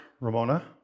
Ramona